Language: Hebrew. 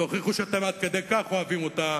תוכיחו שאתם עד כדי כך אוהבים אותה,